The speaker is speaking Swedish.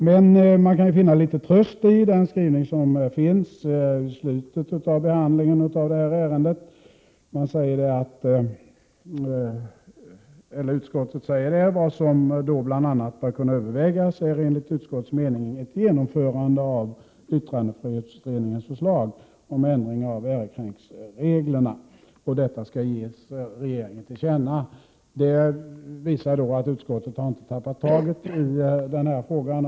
Men man kan finna litet tröst i skrivningen i slutet av behandlingen av ärendet, där utskottet säger: ”Vad som då bl.a. bör kunna övervägas är enligt utskottets mening ett genomförande av YFU:s förslag om ändring av ärekränkningsreglerna.” Detta bör enligt utskottets mening ges regeringen till känna. Det visar att utskottet inte har tappat taget när det gäller den här frågan.